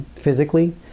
physically